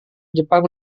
jepang